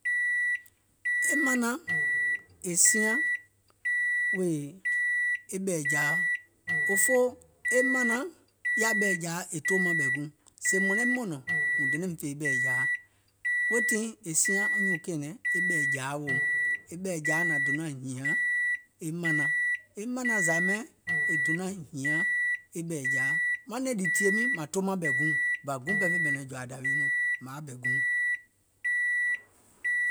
E mȧnaŋ è siaŋ wèè e ɓɛ̀ɛ̀jȧa, òfoo e mȧnaŋ yaȧ ɓɛ̀ɛ̀jȧa è toomȧŋ ɓɛ̀ guùŋ, sèè mùŋ naim mɔ̀nɔ̀ŋ mùŋ donȧìm fè ɓɛ̀ɛ̀jȧa, weètii è siaŋ wo nyùùŋ kɛ̀ɛ̀nɛ̀ŋ ɓɛ̀ɛ̀jȧa weèum, e ɓɛ̀ɛ̀jȧa nȧŋ donȧŋ hìȧŋ e mȧnaŋ, e mànaŋ zȧ ɓɛìŋ è donȧŋ hìȧŋ ɓɛ̀ɛ̀jȧa, maŋ nɛ̀ŋ ɗì tìyèe miiŋ maŋ toomȧŋ ɓɛ̀ guùŋ, bȧ guùŋ pɛɛ fè ɓɛ̀nɛ̀ŋ jòȧ dȧwuuŋ nɔɔ̀ŋ mȧŋ yaȧ ɓɛ̀ guùŋ.